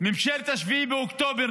ממשלת 7 באוקטובר.